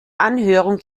anhörung